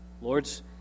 Lord's